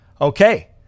Okay